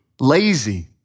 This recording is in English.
lazy